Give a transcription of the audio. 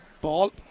ball